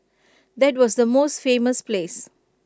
that was the most famous place